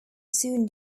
soon